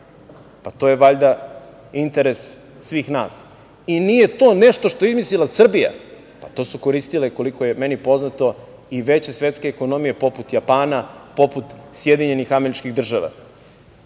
To je, valjda, interes svih nas. Nije to nešto što je izmislila Srbija, to su koristile, koliko je meni poznato i veće svetske ekonomije poput Japana, poput SAD. Dakle, nije usko stručna